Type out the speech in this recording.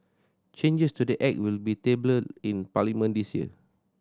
changes to the Act will be tabled in Parliament this year